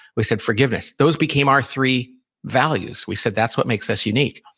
we said, forgiveness. those became our three values. we said, that's what makes us unique.